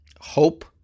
hope